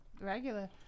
regular